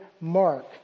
mark